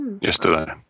Yesterday